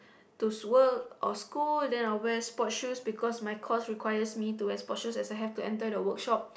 to work or school then I'll wear sports shoes because my course requires me to wear sport shoes as I have to enter the workshop